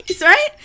right